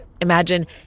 Imagine